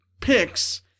picks